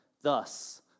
thus